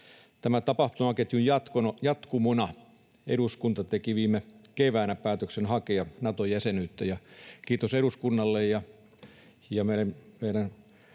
Tämän tapahtumaketjun jatkumona eduskunta teki viime keväänä päätöksen hakea Nato-jäsenyyttä. Kiitos eduskunnalle